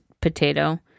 potato